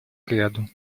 кряду